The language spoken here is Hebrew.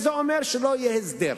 וזה אומר שלא יהיה הסדר.